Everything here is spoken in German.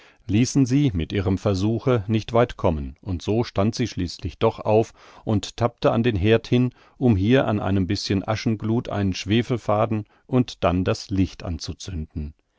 ließen sie mit ihrem versuche nicht weit kommen und so stand sie schließlich doch auf und tappte sich an den herd hin um hier an einem bischen aschengluth einen schwefelfaden und dann das licht anzuzünden